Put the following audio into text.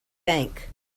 bank